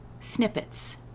snippets